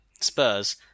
Spurs